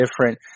different –